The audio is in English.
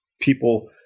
people